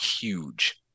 huge